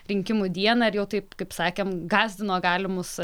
rinkimų dieną ir jau taip kaip sakėm gąsdino galimus